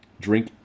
drink